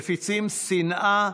מפיצים שנאה,